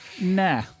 nah